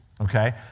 Okay